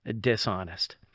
dishonest